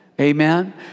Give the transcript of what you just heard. Amen